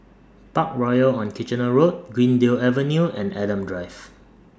Parkroyal on Kitchener Road Greendale Avenue and Adam Drive